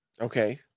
Okay